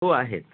हो आहेत